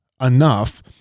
enough